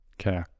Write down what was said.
Okay